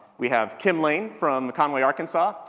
we have kim lane from conway, arkansas,